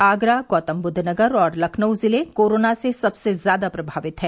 आगरा गौतमबुद्ध नगर और लखनऊ जिले कोरोना से सबसे ज्यादा प्रभावित हैं